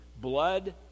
Blood